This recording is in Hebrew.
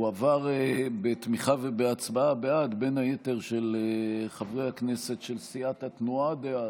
הוא עבר בתמיכה ובהצבעה בעד בין היתר של חברי הכנסת של סיעת התנועה דאז,